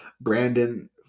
Brandon